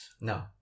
No